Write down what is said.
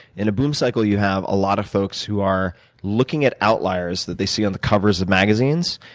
in a boom cycle you have a lot of folks who are looking at outliers that they see on the covers of magazines,